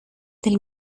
del